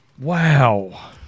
Wow